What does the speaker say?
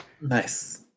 nice